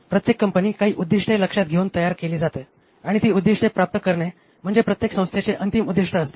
प्रत्येक कंपनी काही उद्दिष्टे लक्षात घेऊन तयार केली जाते आणि ती उद्दीष्टे प्राप्त करणे म्हणजे प्रत्येक संस्थेचे अंतिम उद्दीष्ट असते